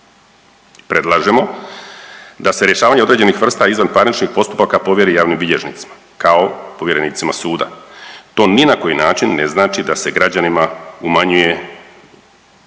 Predlažemo da se rješavanje određenih vrsta izvanparničnih postupaka povjeri javnim bilježnicima kao povjerenicima suda. To ni na koji način ne znači da se građanima umanjuje pravo,